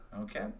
okay